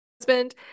husband